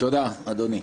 תודה אדוני.